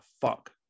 fuck